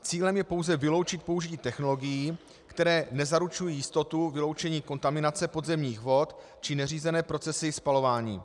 Cílem je pouze vyloučit použití technologií, které nezaručují jistotu vyloučení kontaminace podzemních vod či neřízené procesy spalování.